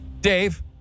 Dave